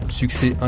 succès